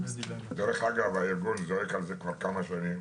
דרך אגב, הארגון זועק על זה כבר כמה שנים,